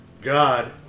god